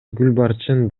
гүлбарчын